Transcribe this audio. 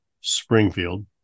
Springfield